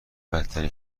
بدترین